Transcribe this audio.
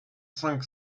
cinq